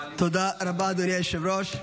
תודה רבה, אדוני היושב-ראש.